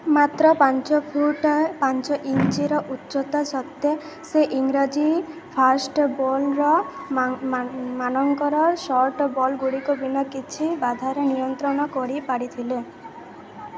ମାତ୍ର ପାଞ୍ଚ ଫୁଟ୍ ପାଞ୍ଚ ଇଞ୍ଚ୍ର ଉଚ୍ଚତା ସତ୍ୱେ ସେ ଇଂରାଜୀ ଫାଷ୍ଟ୍ ବୋଲର୍ ମାନଙ୍କର ସର୍ଟ ବଲ୍ଗୁଡ଼ିକୁ ବିନା କିଛି ବାଧାରେ ନିୟନ୍ତ୍ରଣ କରି ପାରିଥିଲେ